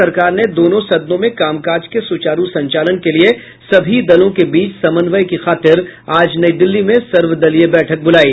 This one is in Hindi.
सरकार ने दोनों सदनों में कामकाज के सुचारु संचालन के लिए सभी दलों के बीच समन्वय की खातिर आज नई दिल्ली में सर्वदलीय बैठक बुलाई